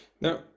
Now